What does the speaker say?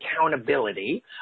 accountability